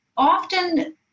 Often